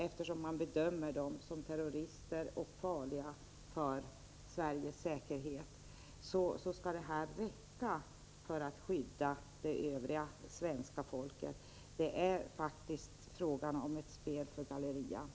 Eftersom man bedömer dem som terrorister och farliga för Sveriges säkerhet, skall således denna anmälningsplikt räcka för att skydda svenska folket. Det är faktiskt fråga om ett spel för galleriet.